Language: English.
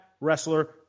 Wrestler